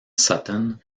sutton